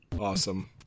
Awesome